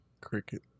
Cricket